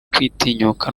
kwitinyuka